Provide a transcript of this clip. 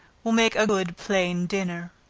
will make a good plain dinner.